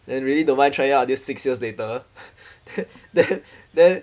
then really don't mind trying ah until six years later then then then